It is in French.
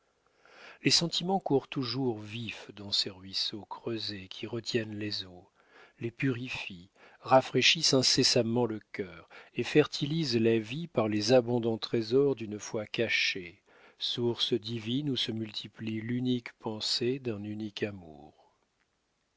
les sentiments courent toujours vifs dans ces ruisseaux creusés qui retiennent les eaux les purifient rafraîchissent incessamment le cœur et fertilisent la vie par les abondants trésors d'une foi cachée source divine où se multiplie l'unique pensée d'un unique amour